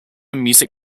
music